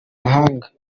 mahanga